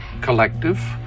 collective